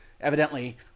evidently